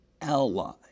ally